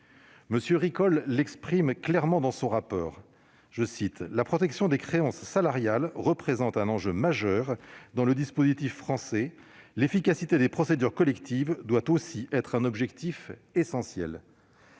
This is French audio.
M. Ricol l'exprime clairement dans son rapport :« [Si] la protection des créances salariales constitue un enjeu majeur dans le dispositif français, l'efficacité des procédures collectives doit aussi être un objectif essentiel. »